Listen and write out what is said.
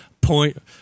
point